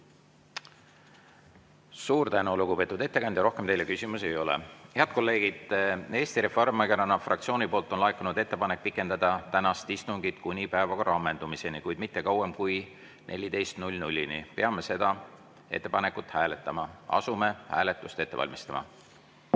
Suur tänu, lugupeetud ettekandja! Rohkem teile küsimusi ei ole. Head kolleegid, Eesti Reformierakonna fraktsioonilt on laekunud ettepanek pikendada tänast istungit kuni päevakorra ammendumiseni, kuid mitte kauem kui 14-ni. Peame seda ettepanekut hääletama. Asume hääletust ette valmistama. Head